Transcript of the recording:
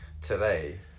today